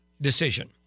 decision